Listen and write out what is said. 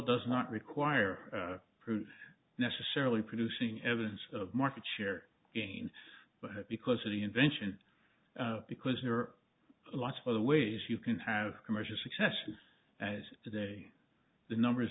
does not require proof necessarily producing evidence of market share gain but because of the invention because there are lots of other ways you can have commercial successes as today the numbers